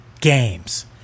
games